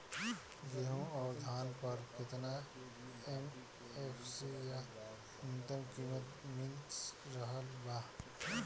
गेहूं अउर धान पर केतना एम.एफ.सी या न्यूनतम कीमत मिल रहल बा?